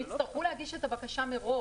הם יצטרכו להגיש את הבקשה מראש.